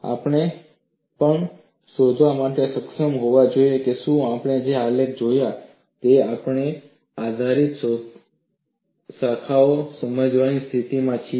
આપણે એ પણ શોધવા માટે સક્ષમ હોવા જોઈએ શું આપણે જે આલેખ જોયા છે તેના આધારે તિરાડ શાખાઓ સમજાવવાની સ્થિતિમાં છીએ